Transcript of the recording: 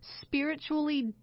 spiritually